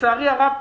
לצערי הרב,